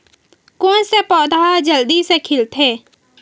कोन से पौधा ह जल्दी से खिलथे?